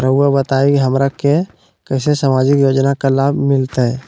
रहुआ बताइए हमरा के कैसे सामाजिक योजना का लाभ मिलते?